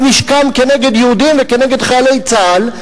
נשקם כנגד יהודים וכנגד חיילי צה"ל,